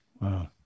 Wow